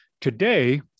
Today